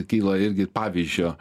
kyla irgi pavyzdžio